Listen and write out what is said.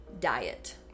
diet